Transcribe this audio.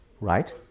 Right